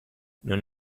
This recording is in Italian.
non